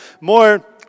more